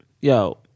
yo